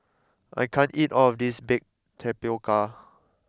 I can't eat all of this Baked Tapioca